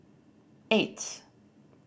eight